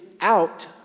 out